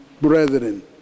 brethren